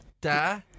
Da